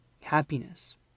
happiness